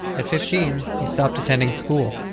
at fifteen, he stopped attending school.